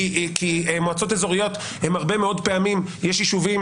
כי במועצות אזוריות הרבה מאוד פעמים יש יישובים